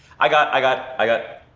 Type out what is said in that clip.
i got i got. i got.